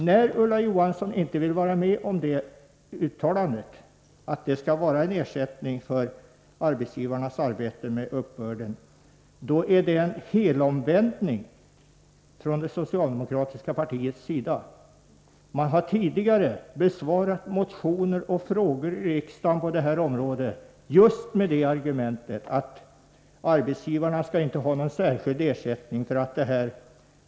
När Ulla Johansson inte vill ställa sig bakom argumentet att det skall vara en ersättning för arbetsgivarnas arbete med uppbörden, innebär det en helomvändning från det socialdemokratiska partiets sida. Man har tidigare besvarat motioner och frågor i riksdagen på detta område just med argumentet att arbetsgivarna inte skall ha någon särskild ersättning.